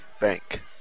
Bank